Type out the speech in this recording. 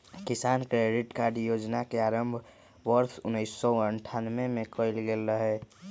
किसान credit card योजना के आरंभ वर्ष उन्नीसौ अठ्ठान्नबे में कइल गैले हल